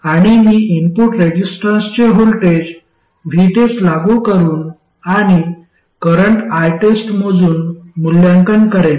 आणि मी इनपुट रेसिस्टन्सचे व्होल्टेज VTEST लागू करून आणि करंट ITEST मोजून मूल्यांकन करेन